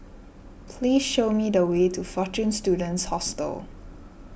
please show me the way to fortune Students Hostel